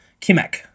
Kimek